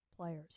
players